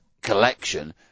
collection